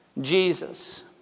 Jesus